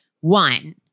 One